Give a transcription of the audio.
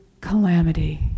calamity